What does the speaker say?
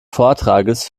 vortrages